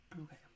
Okay